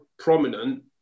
prominent